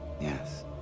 Yes